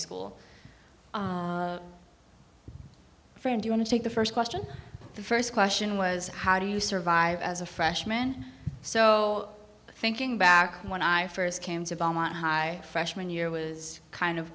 school friend you want to take the first question the first question was how do you survive as a freshman so thinking back when i first came to belmont high freshman year was kind of